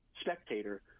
spectator